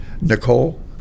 Nicole